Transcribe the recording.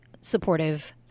supportive